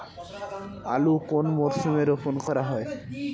আলু কোন মরশুমে রোপণ করা হয়?